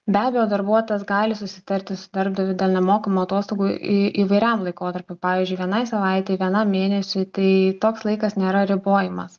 be abejo darbuotojas gali susitarti su darbdaviu dėl nemokamų atostogų į įvairiam laikotarpiui pavyzdžiui vienai savaitei vienam mėnesiui tai toks laikas nėra ribojamas